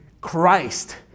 Christ